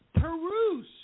peruse